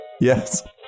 yes